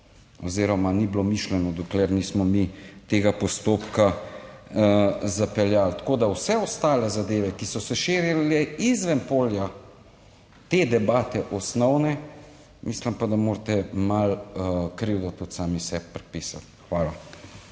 oziroma ni bilo mišljeno, dokler nismo mi tega postopka zapeljali. Tako da vse ostale zadeve, ki so se širile izven polja te debate, osnovne, mislim pa, da morate malo krivdo tudi sami sebi pripisati. Hvala.